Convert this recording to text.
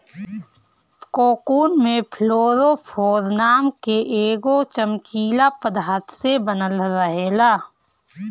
cocoon में fluorophore नाम के एगो चमकीला पदार्थ से बनल रहेला